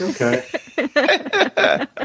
Okay